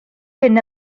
hyn